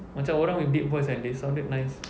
macam orang with deep voice kan they sounded nice